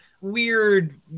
weird